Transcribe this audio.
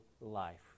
life